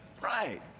Right